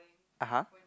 (uh huh)